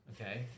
okay